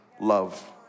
love